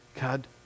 God